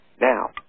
Now